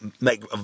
make